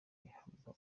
ihabwa